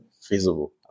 feasible